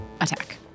attack